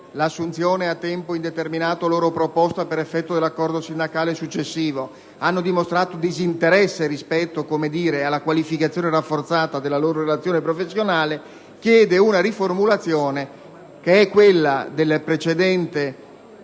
l'assunzione a tempo indeterminato loro proposta per effetto dell'accordo sindacale successivo, hanno dimostrato disinteresse rispetto alla qualificazione rafforzata della loro relazione professionale, propongo una riformulazione che corrisponde al precedente